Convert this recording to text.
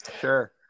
Sure